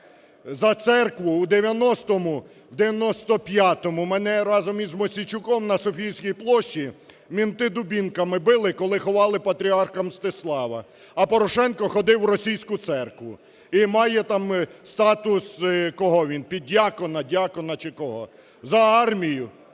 За церкву у 90-му, в 95-му мене разом із Мосійчуком на Софіївській площі менти дубинками били, коли ховали патріарха Мстислава. А Порошенко ходив в російську церкву і має там статус, кого він… піддиякона, диякона, чи кого? За армію?